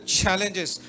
challenges